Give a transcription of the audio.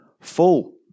full